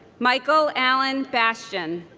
michael alan bastian